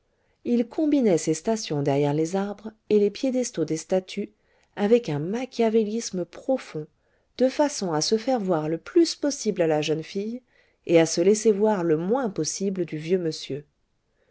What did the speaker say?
il combinait ses stations derrière les arbres et les piédestaux des statues avec un machiavélisme profond de façon à se faire voir le plus possible à la jeune fille et à se laisser voir le moins possible du vieux monsieur